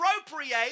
appropriate